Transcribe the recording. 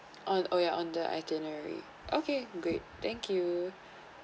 on oh ya on the itinerary okay great thank you